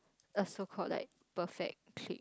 a so called like perfect trick